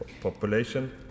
population